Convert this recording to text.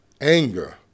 anger